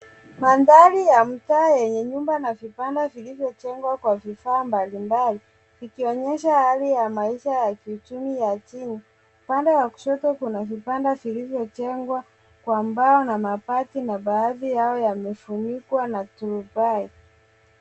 Mandhari ya mtaa yenye nyumba na vibanda vilivyojengwa kwa vifaa mbalimbali ikionyesha hali ya maisha ya kiuchumi ya chini. Upande wa kushoto kuna vibanda vilivyojengwa kwa mbao na mabati na baadhi yao yamefunikwa na tupai.